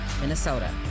Minnesota